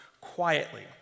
quietly